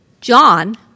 John